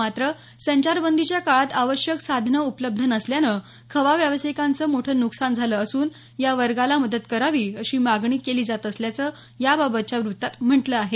मात्र संचारबंदीच्या काळात आवश्यक साधनं उपलब्ध नसल्यानं खवा व्यावसायिकांच मोठ नुकसान झालं असून या वर्गाला मदत करावी अशी मागणी केली जात असल्याच याबाबतच्या वृत्तात म्हटल आहे